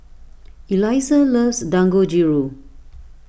Elisa loves Dangojiru